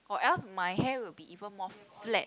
or else my hair will be even more flat